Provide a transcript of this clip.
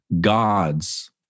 gods